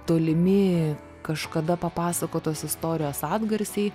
tolimi kažkada papasakotos istorijos atgarsiai